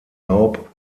laub